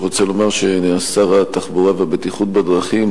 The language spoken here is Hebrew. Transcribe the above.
רוצה לומר ששר התחבורה והבטיחות בדרכים